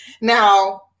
Now